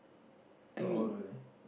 not all really